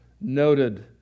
noted